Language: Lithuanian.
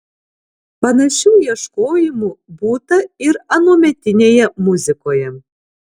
panašių ieškojimų būta ir anuometinėje muzikoje